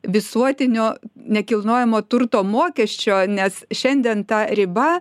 visuotinio nekilnojamo turto mokesčio nes šiandien ta riba